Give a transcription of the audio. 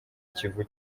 kivu